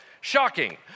Shocking